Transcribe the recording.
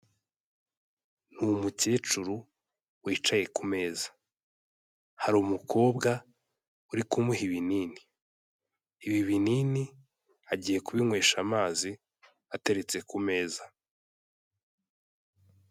Umukecuru wicaye kumeza, harumu umukobwa uri kumuha ibinini, ibi binini agiye kubinywesha amazi ateretse ku meza.